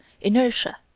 inertia